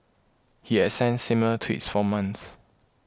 he had sent similar tweets for months